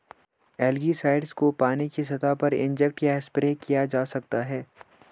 algicides को पानी की सतह पर इंजेक्ट या स्प्रे किया जा सकता है